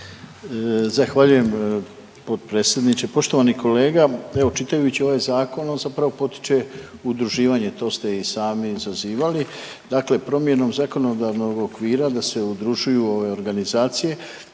Zahvaljujem potpredsjedniče. Poštovani kolega, evo čitajući ovaj zakon on zapravo potiče udruživanje to ste i sami zazivali, dakle promjenom zakonodavnog okvira da se udružuju u ove organizacije